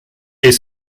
est